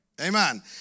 Amen